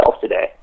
today